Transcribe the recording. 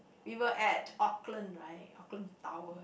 we were at Auckland right Auckland Tower